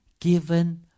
given